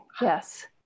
Yes